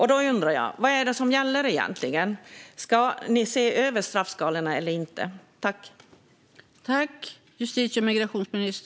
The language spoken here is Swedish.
Då undrar jag: Vad är det som gäller egentligen? Ska ni se över straffskalorna eller inte?